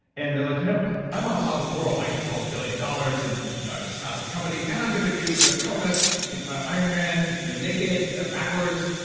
and they're like, you know i'm on top of the world. i control a billion dollars, and you know i have this massive company, and i'm going to do the kind of yeah iron man you know naked, ah backwards.